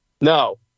no